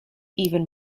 even